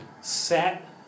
set